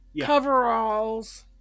Coveralls